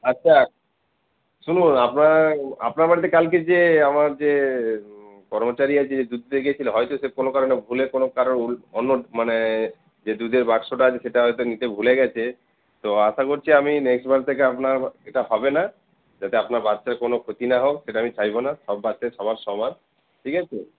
আচ্ছা শুনুন আপনার আপনার বাড়িতে কালকে যে আমার যে কর্মচারী আছে যে দুধ দিতে গিয়েছিলো হয়ত সে কোনো কারণে ভুলে কোনো কারোর অন্য মানে যে দুধের বাক্সোটা আছে সেটা হয়তো নিতে ভুলে গেছে তো আশা করছি আমি নেক্সট বার থেকে আপনার এটা হবে না যাতে আপনার বাচ্চার কোনো ক্ষতি না হোক সেটা আমি চাইব না সব বাচ্চাই সবার সমান ঠিক আছে